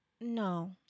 no